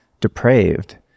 depraved